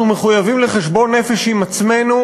אנחנו מחויבים לחשבון נפש עם עצמנו,